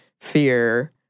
fear